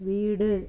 வீடு